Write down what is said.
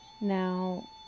Now